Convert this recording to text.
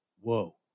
Whoa